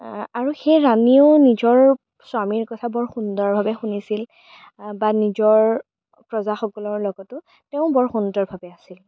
আৰু সেই ৰাণীয়েও নিজৰ স্বামীৰ কথা বৰ সুন্দৰভাৱে শুনিছিল বা নিজৰ প্ৰজাসকলৰ লগতো তেওঁও বৰ সুন্দৰভাৱে আছিল